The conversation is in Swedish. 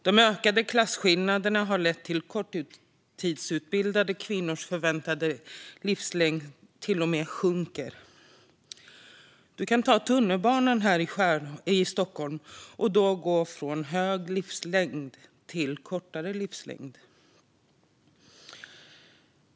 De ökade klasskillnaderna har lett till att korttidsutbildade kvinnors förväntade livslängd till och med sjunker. Du kan ta tunnelbanan här i Stockholm och åka från hög livslängd till lägre livslängd.